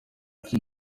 icyo